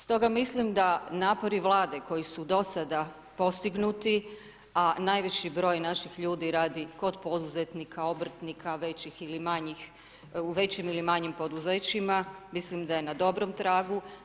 Stoga mislim da napori Vlade koji su do sada postignuti, a najveći broj naših ljudi radi kod poduzetnika, obrtnika u većim ili manjim poduzećima, mislim da je na dobrom tragu.